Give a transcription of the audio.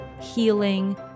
healing